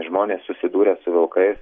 žmonės susidūrę su vilkais